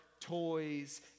toys